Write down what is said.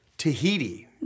Tahiti